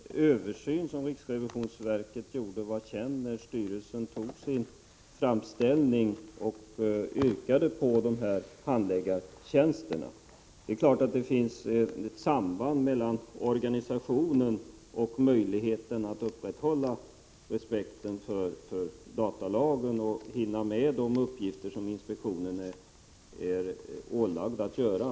Herr talman! Min enkla fråga är om inte den översyn som riksrevisionsverket gjorde var känd, när styrelsen för datainspektionen lade fast sin framställning och yrkade på dessa handläggartjänster. Det är klart att det finns ett samband mellan organisationens storlek och möjligheten att upprätthålla respekten för datalagen och hinna med de uppgifter som inspektionen är ålagd att fullgöra.